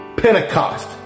Pentecost